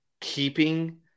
keeping